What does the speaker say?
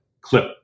clip